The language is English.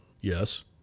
Yes